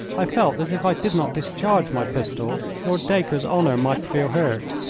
i felt that if i did not discharge my pistol lord dacre's honour might feel hurt,